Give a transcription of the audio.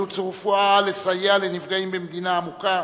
לסייע לנפגעים במדינה המוכה,